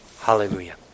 Hallelujah